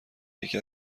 یکی